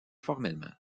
formellement